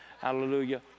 Hallelujah